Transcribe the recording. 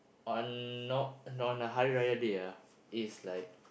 on no~ on Hari Raya day ah it's like